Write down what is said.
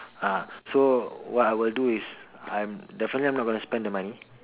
ah so what I will do is I'm definitely I'm not going to spend the money